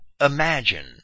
imagine